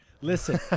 Listen